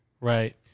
right